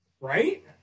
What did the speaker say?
right